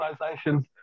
organizations